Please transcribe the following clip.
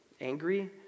angry